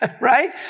right